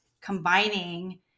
combining